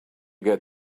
get